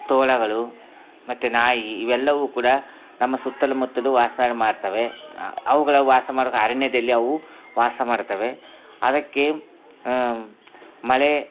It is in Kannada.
ತೋಳಗಳು ಮತ್ತು ನಾಯಿ ಇವೆಲ್ಲವು ಕೂಡ ನಮ್ಮ ಸುತ್ತಲು ಮುತ್ತಲು ವಾಸ ಮಾಡ್ತವೆ ಅವುಗಳ ವಾಸ ಮಾಡುವ ಅರಣ್ಯದಲ್ಲಿ ಅವು ವಾಸ ಮಾಡ್ತವೆ ಅದಕ್ಕೆ ಮಳೆ